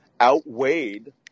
outweighed